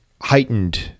heightened